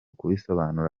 kubisobanura